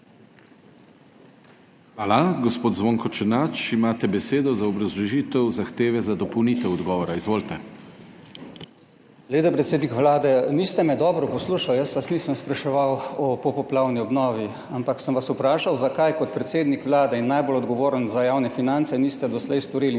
Hvala. Gospod Zvonko Černač, imate besedo za obrazložitev zahteve za dopolnitev odgovora. Izvolite. **ZVONKO ČERNAČ (PS SDS):** Glejte, predsednik Vlade, niste me dobro poslušali. Jaz vas nisem spraševal o popoplavni obnovi, ampak sem vas vprašal, zakaj kot predsednik Vlade in najbolj odgovorni za javne finance niste doslej storili